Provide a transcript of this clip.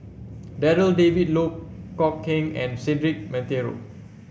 Darryl David Loh Kok Heng and Cedric Monteiro